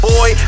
Boy